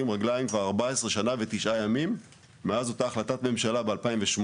רגליים כבר 14 שנה ותשעה ימים מאז אותה החלטת ממשלה ב-2008,